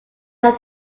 let